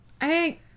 I-